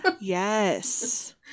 Yes